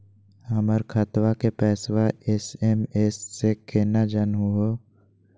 हमर खतवा के पैसवा एस.एम.एस स केना जानहु हो?